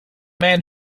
man